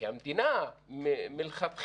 כי המדינה מלכתחילה,